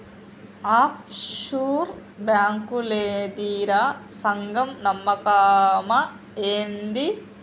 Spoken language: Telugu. ఆఫ్ షూర్ బాంకులేందిరా, సగం నమ్మకమా ఏంది